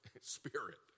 Spirit